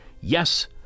Yes